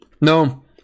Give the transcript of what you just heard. No